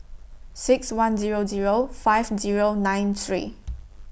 six one Zero Zero five Zero nine three